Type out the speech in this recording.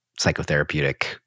psychotherapeutic